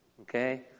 Okay